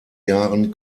jahren